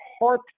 heart